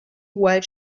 while